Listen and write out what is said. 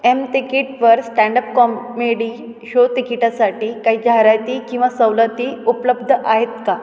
M तिकीट वर standup comedy show तिकिटासाठी काही जाहिराती किंवा सवलती उपलब्ध आहेत का